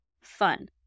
fun